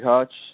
Hutch